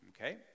Okay